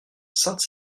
sainte